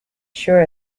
sure